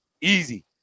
Easy